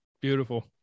Beautiful